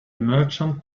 merchant